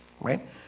Right